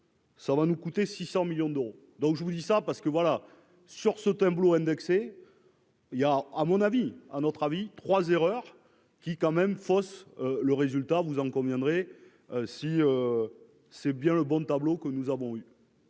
ça va nous coûter 600 millions d'euros, donc je vous dis ça, parce que voilà, sur ce tableau indexé. Il y a, à mon avis, à notre avis, 3 erreurs qui quand même fausse le résultat, vous en conviendrez, si c'est bien le bon tableau que nous avons eu.